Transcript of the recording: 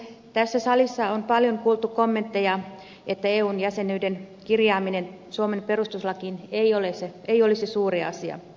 tässä salissa on paljon kuultu kommentteja että eu jäsenyyden kirjaaminen suomen perustuslakiin ei olisi suuri asia